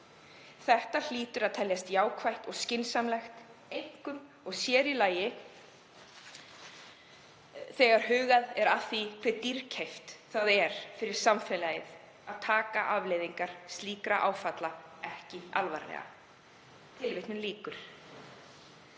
Þetta hlýtur að teljast jákvætt og skynsamlegt, einkum og sér í lagi þegar hugað er að því hve dýrkeypt það er fyrir samfélagið að taka afleiðingar slíkra áfalla ekki alvarlega.“ Forseti.